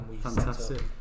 Fantastic